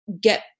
get